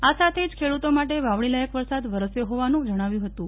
આ સાથે જ ખેડૂતો માટે વાવણી લાયક વરસાદ વરસ્યો હોવાનું જણાવ્યું હતું